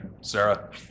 Sarah